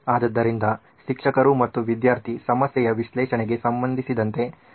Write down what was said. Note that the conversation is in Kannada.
ಆದ್ದರಿಂದ ಶಿಕ್ಷಕರು ಮತ್ತು ವಿದ್ಯಾರ್ಥಿ ಸಮಸ್ಯೆಯ ವಿಶ್ಲೇಷಣೆಗೆ ಸಂಬಂಧಿಸಿದಂತೆ ಇದು ನಡೆಯುತ್ತಿದೆ